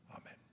Amen